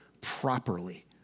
properly